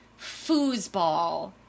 foosball